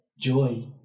joy